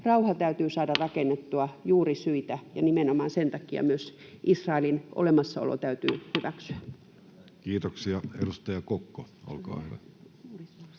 Rauha täytyy saada rakennettua, ja nimenomaan sen takia myös Israelin olemassaolo täytyy hyväksyä. Kiitoksia. — Edustaja Kokko, olkaa hyvä.